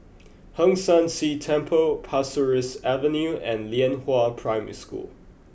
Hong San See Temple Pasir Ris Avenue and Lianhua Primary School